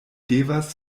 devas